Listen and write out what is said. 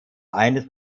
eines